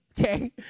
okay